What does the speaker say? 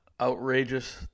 outrageous